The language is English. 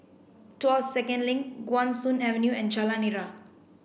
Tuas Second Link Guan Soon Avenue and Jalan Nira